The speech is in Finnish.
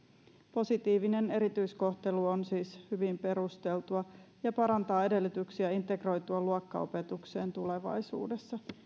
positiivinen erityiskohtelu on siis hyvin perusteltua ja parantaa edellytyksiä integroitua luokkaopetukseen tulevaisuudessa